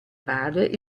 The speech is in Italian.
padre